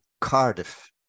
Cardiff